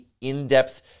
in-depth